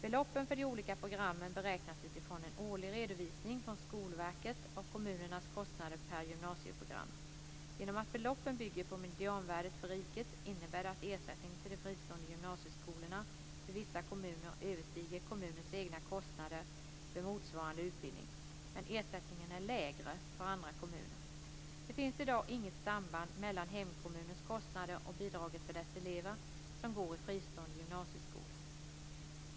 Beloppen för de olika programmen beräknas utifrån en årlig redovisning från Skolverket av kommunernas kostnader per gymnasieprogram. Genom att beloppen bygger på medianvärden för riket innebär det att ersättningen till de fristående gymnasieskolorna för vissa kommuner överstiger kommunens egna kostnader för motsvarande utbildning, medan ersättningen är lägre för andra kommuner. Det finns i dag inget samband mellan hemkommunens kostnader och bidraget för dess elever som går i fristående gymnasieskolor.